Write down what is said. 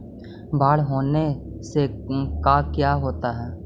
बाढ़ होने से का क्या होता है?